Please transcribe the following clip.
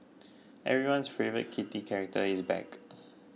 everyone's favourite kitty character is back